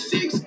Six